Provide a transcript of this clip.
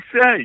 say